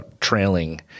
trailing